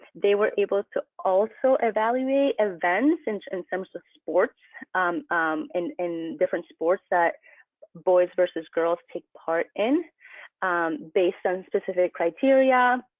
they were able to also evaluate events since and some so sports and in different sports. ah but boys versus girls take part in based on specific criteria.